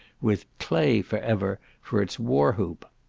with clay for ever for its war-whoop.